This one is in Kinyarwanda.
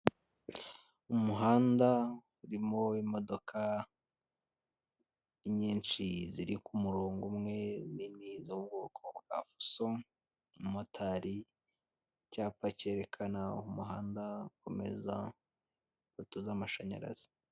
Umuhanda urimo imodoka nyinshi ziri ku murongo umwe, nini, zo mu bwoko bwa fuso, umumotari, icyapa cyerekana umuhanda ukomeza, ipoto z'amashanyarazi.